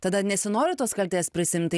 tada nesinori tos kaltės prisiimti